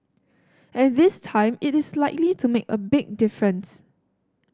and this time it is likely to make a big difference